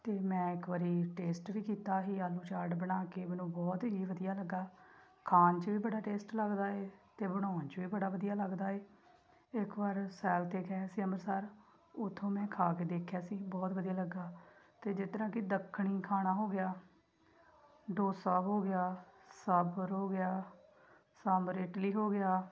ਅਤੇ ਮੈਂ ਇੱਕ ਵਾਰੀ ਟੇਸਟ ਵੀ ਕੀਤਾ ਸੀ ਆਲੂ ਚਾਟ ਬਣਾ ਕੇ ਮੈਨੂੰ ਬਹੁਤ ਹੀ ਵਧੀਆ ਲੱਗਾ ਖਾਣ 'ਚ ਵੀ ਬੜਾ ਟੇਸਟ ਲੱਗਦਾ ਹੈ ਅਤੇ ਬਣਾਉਣ 'ਚ ਵੀ ਬੜਾ ਵਧੀਆ ਲੱਗਦਾ ਹੈ ਇੱਕ ਵਾਰ ਸੈਰ 'ਤੇ ਗਏ ਸੀ ਅੰਮ੍ਰਿਤਸਰ ਉੱਥੋਂ ਮੈਂ ਖਾ ਕੇ ਦੇਖਿਆ ਸੀ ਬਹੁਤ ਵਧੀਆ ਲੱਗਾ ਅਤੇ ਜਿਸ ਤਰ੍ਹਾਂ ਕਿ ਦੱਖਣੀ ਖਾਣਾ ਹੋ ਗਿਆ ਡੋਸਾ ਹੋ ਗਿਆ ਸਾਂਬਰ ਹੋ ਗਿਆ ਸਾਂਬਰ ਇਡਲੀ ਹੋ ਗਿਆ